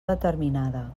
determinada